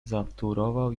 zawtórował